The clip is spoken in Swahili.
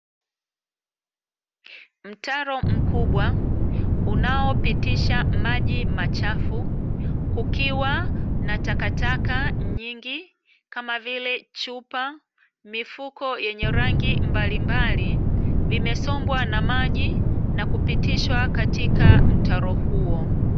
Mtaro mkubwa unaopitisha maji machafu, kukiwa na takataka nyingi kama vile chupa, mifuko yenye rangi mbalimbali, vimesombwa na maji na kupitishwa katika mtaro huo.